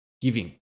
giving